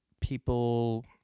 people